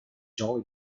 jolly